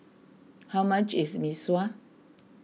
how much is Mee Sua